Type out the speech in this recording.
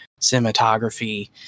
cinematography